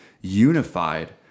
unified